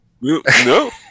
no